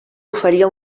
oferia